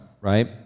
right